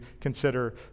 consider